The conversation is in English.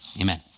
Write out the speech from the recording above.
amen